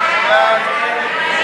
סעיף 14,